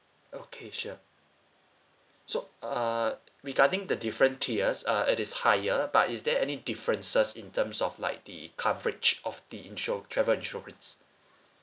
okay sure so uh regarding the different tiers uh it is higher but is there any differences in terms of like the coverage of the sho~ travel insurance